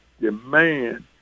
demand